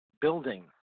building